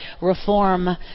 reform